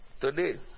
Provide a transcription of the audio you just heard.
today